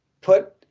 put